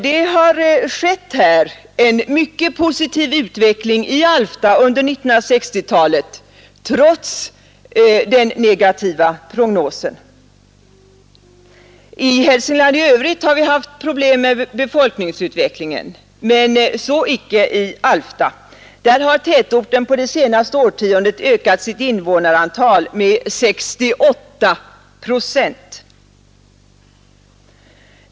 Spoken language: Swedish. Det har skett en mycket positiv utveckling i Alfta under 1960-talet trots den negativa prognosen. I Hälsingland i övrigt har vi haft problem med befolkningsutvecklingen, men så icke i Alfta. Där har tätorten på det senaste årtiondet ökat sitt invånarantal med 68 procent.